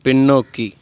பின்னோக்கி